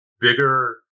bigger